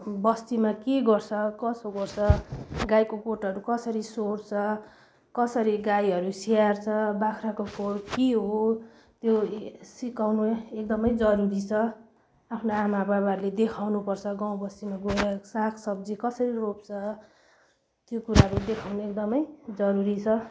बस्तीमा के गर्छ कसो गर्छ गाईको गोठहरू कसरी सोहोर्छ कसरी गाईहरू स्याहार्छ बाख्राको खोर के हो त्यो सिकाउनु एकदमै जरुरी छ आफ्नो आमाबाबाहरूले देखाउनुपर्छ गाउँबस्तीमा गएर सागसब्जी कसरी रोप्छ त्यो कुराहरू देखाउनु एकदमै जरुरी छ